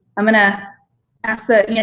i'm gonna ask that, and yeah